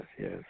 yes